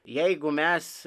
jeigu mes